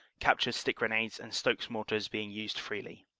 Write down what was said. captured stick grenades and stokes mortars being used freely.